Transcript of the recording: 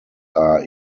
are